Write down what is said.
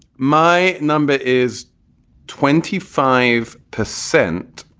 my number is twenty five percent,